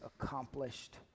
accomplished